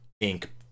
ink